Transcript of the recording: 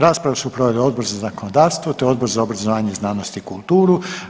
Raspravu su proveli Odbor za zakonodavstvo, te Odbor za obrazovanje, znanost i kulturu.